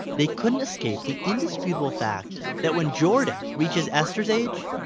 they couldn't escape the indisputable fact that when jordan reaches esther's age,